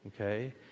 okay